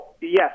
yes